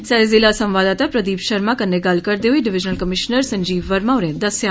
साहड़े जिला संवाददाता प्रदीप शर्मा कन्नै गल्ल करदे होई डिविजनल कमीश्नर संजीव वर्मा होरे दस्सेआ